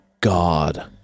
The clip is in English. God